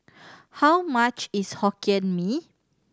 how much is Hokkien Mee